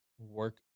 work